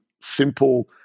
simple